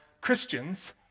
Christians